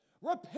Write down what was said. Repent